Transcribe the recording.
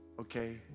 Okay